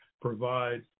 provide